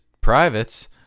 privates